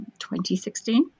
2016